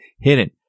hidden